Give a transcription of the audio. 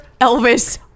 Elvis